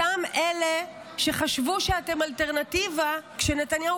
אותם אלה שחשבו שאתם אלטרנטיבה כשנתניהו